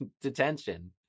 detention